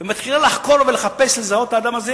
ומתחילה לחקור ולחפש לזהות את האדם הזה,